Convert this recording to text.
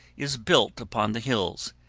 is built upon the hills,